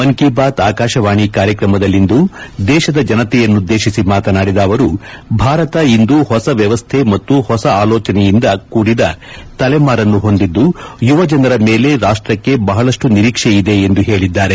ಮನ್ ಕೀ ಬಾತ್ ಆಕಾಶವಾಣಿ ಕಾರ್ಯಕ್ರಮದಲ್ಲಿಂದು ದೇಶದ ಜನತೆಯನ್ನುದ್ದೇಶಿಸಿ ಮಾತನಾಡಿದ ಅವರು ಭಾರತ ಇಂದು ಹೊಸ ವ್ಯವಸ್ಥೆ ಮತ್ತು ಹೊಸ ಆಲೋಚನೆಯಿಂದ ಕೂಡಿದ ತಲೆಮಾರನ್ನು ಹೊಂದಿದ್ದು ಯುವ ಜನರ ಮೇಲೆ ರಾಷ್ತಕ್ಕೆ ಬಹಳಷ್ಟು ನಿರೀಕ್ಷೆಯಿದೆ ಎಂದು ಹೇಳಿದ್ದಾರೆ